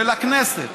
של הכנסת.